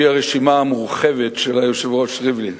על-פי הרשימה המורחבת של היושב-ראש ריבלין.